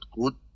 good